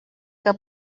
que